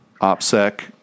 OPSEC